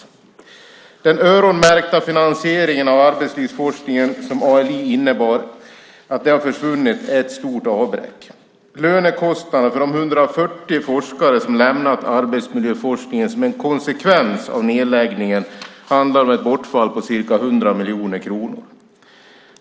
Det är ett stort avbräck att den öronmärkta finansiering av arbetslivsforskningen som ALI innebar har försvunnit. Lönekostnaden för de 140 forskare som har lämnat arbetsmiljöforskningen som en konsekvens av nedläggningen handlar om ett bortfall på ca 100 miljoner kronor.